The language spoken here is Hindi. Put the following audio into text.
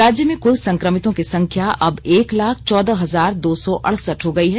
राज्य में कुल संक्रमितों की संख्या अब एक लाख चौदह हजार दो सौ अड़सठ हो गई है